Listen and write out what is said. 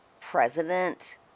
president